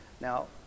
Now